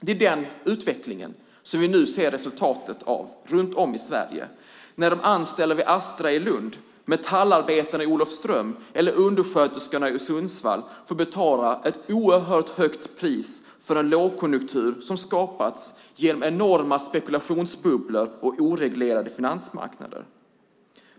Det är den utvecklingen vi nu ser resultatet av runt om i Sverige när de anställda vid Astra i Lund, metallarbetare i Olofström eller undersköterskor i Sundsvall får betala ett oerhört högt pris för den lågkonjunktur som skapats genom enorma spekulationsbubblor och oreglerade finansmarknader.